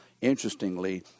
interestingly